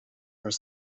are